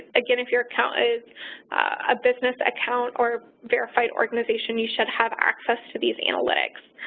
again, if your account is a business account or verified organization, you should have access to these analytics.